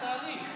התהליך,